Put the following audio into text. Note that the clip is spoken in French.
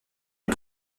les